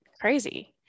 crazy